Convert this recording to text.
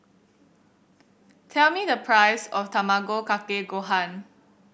tell me the price of Tamago Kake Gohan